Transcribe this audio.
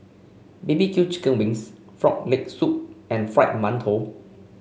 B B Q Chicken Wings Frog Leg Soup and Fried Mantou